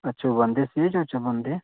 शेरवानी सिए छिए शेरवानी